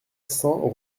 cent